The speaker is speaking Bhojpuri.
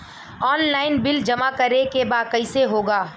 ऑनलाइन बिल जमा करे के बा कईसे होगा?